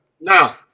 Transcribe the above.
Now